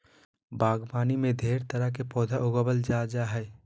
बागवानी में ढेर तरह के पौधा उगावल जा जा हइ